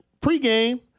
pregame